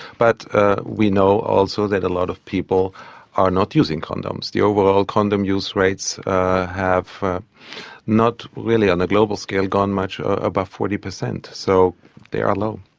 but ah we know also that a lot of people are not using condoms. the overall condom use rates have ah not really on a global scale gone much above forty percent. so they are low.